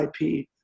IP